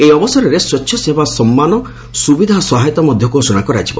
ଏହି ଅବସରରେ ସ୍ୱଚ୍ଛସେବା ସମ୍ମାନ ସୁବିଧା ଓ ସହାୟତା ମଧ୍ୟ ଘୋଷଣା କରାଯିବ